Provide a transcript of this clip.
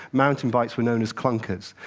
mountain bikes were known as clunkers.